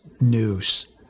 news